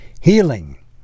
healing